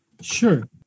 Sure